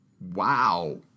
Wow